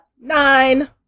nine